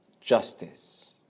Justice